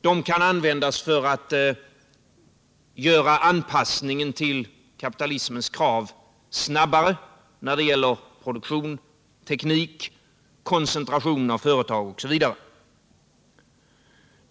De kan användas för att göra anpassningen till kapitalismens krav snabbare när det gäller produktion, teknik, koncentration av företag osv.